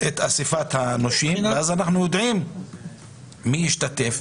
אסיפות נושים ותביעות חוב,